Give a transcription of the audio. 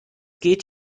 geht